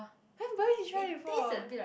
!huh! but then she tried it before what